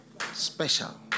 special